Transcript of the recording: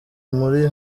muri